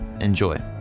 Enjoy